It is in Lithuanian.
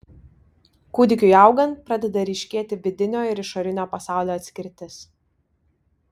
kūdikiui augant pradeda ryškėti vidinio ir išorinio pasaulio atskirtis